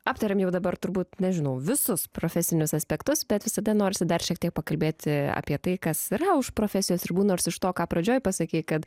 aptarėm jau dabar turbūt nežinau visus profesinius aspektus bet visada norisi dar šiek tiek pakalbėti apie tai kas yra už profesijos ribų nors iš to ką pradžioj pasakei kad